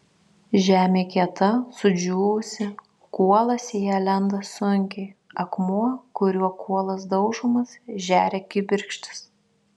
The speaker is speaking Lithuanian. žemė kieta sudžiūvusi kuolas į ją lenda sunkiai akmuo kuriuo kuolas daužomas žeria kibirkštis